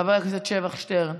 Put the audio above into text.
חבר הכנסת שבח שטרן,